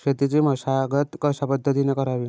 शेतीची मशागत कशापद्धतीने करावी?